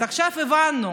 אז עכשיו הבנו: